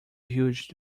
huge